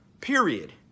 Period